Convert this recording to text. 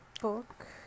book